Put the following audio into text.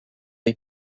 œil